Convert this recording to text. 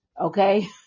Okay